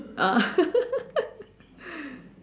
oh